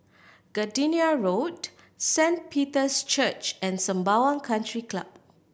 Gardenia Road Saint Peter's Church and Sembawang Country Club